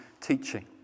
teaching